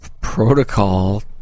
protocol